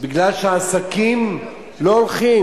העסקים לא הולכים,